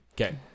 okay